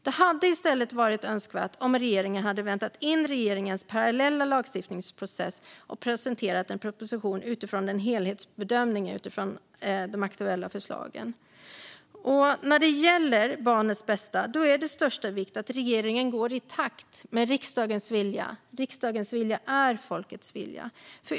Det hade i stället varit önskvärt om regeringen hade väntat in riksdagens parallella lagstiftningsprocess och presenterat en proposition utifrån en helhetsbedömning av de aktuella förslagen. När det gäller barnets bästa är det av största vikt att regeringen går i takt med riksdagens vilja. Riksdagens vilja är folkets vilja.